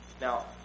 Now